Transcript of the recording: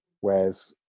whereas